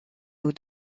eau